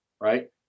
right